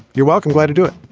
you're welcome. glad to do it